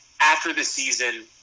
after-the-season